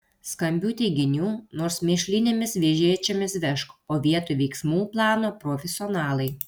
skambių teiginių nors mėšlinėmis vežėčiomis vežk o vietoj veiksmų plano profesionalai